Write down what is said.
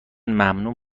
ممنون